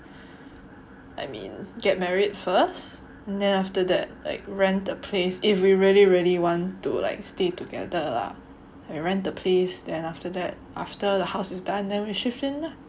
I mean get married first then after that like rent a place if we really really want to like stay together lah like rent the place then after that after the house is done then we shift in lah